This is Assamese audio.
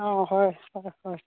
অঁ হয় হয় হয়